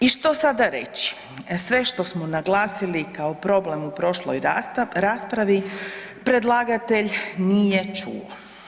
I što sada reći, sve što smo naglasili kao problem u prošloj raspravi predlagatelj nije čuo.